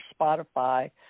Spotify